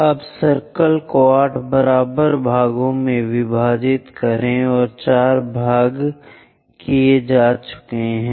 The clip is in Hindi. अब सर्कल को 8 बराबर भागों में विभाजित करें 4 भाग किए जाते हैं